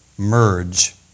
Merge